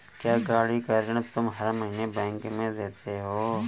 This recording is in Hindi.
क्या, गाड़ी का ऋण तुम हर महीने बैंक में देते हो?